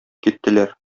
киттеләр